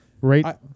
right